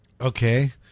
Okay